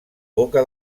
boca